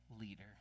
Leader